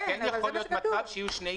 אבל כן יכול להיות מצב שיהיו שני עיצומים.